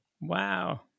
Wow